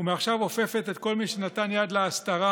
ומעכשיו אופפת את כל מי שנתן יד להסתרה